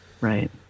Right